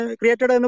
created